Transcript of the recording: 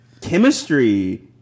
chemistry